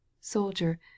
Soldier